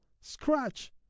scratch